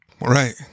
Right